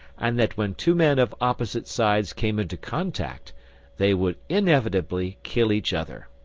and that when two men of opposite sides came into contact they would inevitably kill each other.